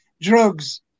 Drugs